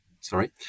sorry